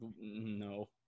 No